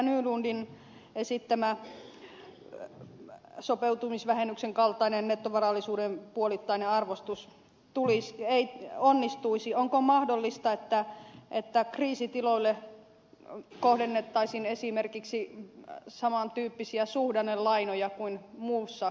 nylundin esittämä sopeutumisvähennyksen kaltainen nettovarallisuuden puolittainen arvostus ei onnistuisi onko mahdollista että kriisitiloille kohdennettaisiin esimerkiksi saman tyyppisiä suhdannelainoja kuin muussa yritystoiminnassa